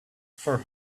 for